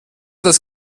das